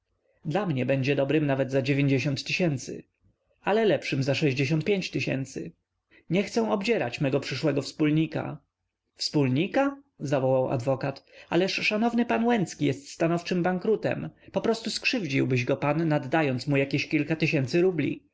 dla mnie będzie dobrym nawet za dziewięćdziesiąt tysięcy ale lepszym za sześćdziesiąt pięć tysięcy nie chcę obdzierać mego przyszłego wspólnika wspólnika zawołał adwokat ależ szanowny pan łęcki jest stanowczym bankrutem poprostu skrzywdziłbyś go pan naddając mu jakieś kilka tysięcy rubli